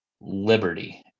Liberty